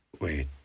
Wait